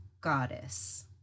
goddess